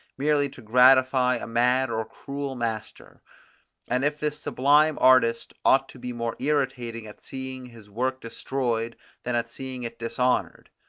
merely to gratify a mad or a cruel master and if this sublime artist ought to be more irritated at seeing his work destroyed than at seeing it dishonoured.